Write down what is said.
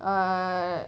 uh